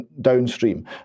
downstream